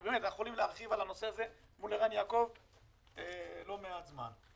כי באמת אנחנו יכולים להרחיב על הנושא הזה מול ערן יעקב לא מעט זמן,